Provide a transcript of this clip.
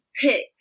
pick